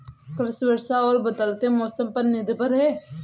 कृषि वर्षा और बदलते मौसम पर निर्भर है